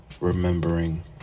Remembering